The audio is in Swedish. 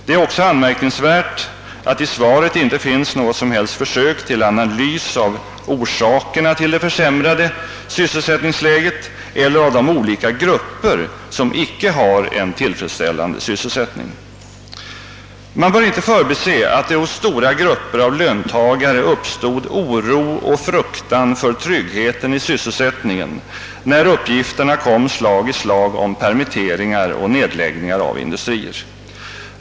Det är också anmärkningsvärt att i svaret inte finns något som helst försök till analys av orsakerna till det försämrade sysselsättningsläget eller av de olika grupper som inte har en tillfredsställande sysselsättning. Man bör inte förbise att det hos stora grupper av löntagare uppstod oro och fruktan för tryggheten i sysselsättningen när uppgifterna kom slag i slag om permitteringar och nedläggningar av industrier.